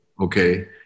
okay